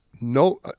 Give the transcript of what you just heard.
no